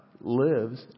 lives